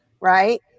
right